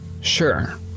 Sure